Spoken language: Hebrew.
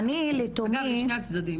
אגב, לשני הצדדים.